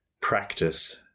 practice